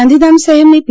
ગાંધીધામ શહેરની પી